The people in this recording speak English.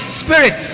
spirit